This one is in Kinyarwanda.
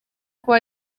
kuba